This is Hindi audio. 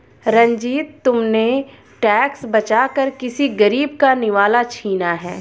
रंजित, तुमने टैक्स बचाकर किसी गरीब का निवाला छीना है